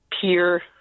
peer